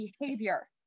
behavior